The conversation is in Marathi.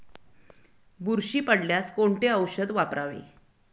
बुरशी पडल्यास कोणते औषध वापरावे?